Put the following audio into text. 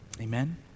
Amen